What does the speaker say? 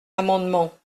amendement